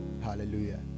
Hallelujah